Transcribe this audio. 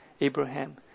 Abraham